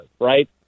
right